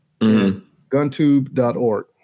guntube.org